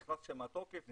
נכנס שם התוקף,